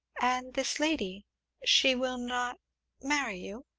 and this lady she will not marry you?